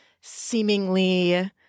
seemingly